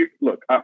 Look